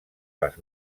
les